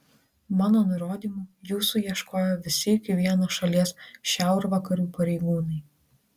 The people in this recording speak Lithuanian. mano nurodymu jūsų ieškojo visi iki vieno šalies šiaurvakarių pareigūnai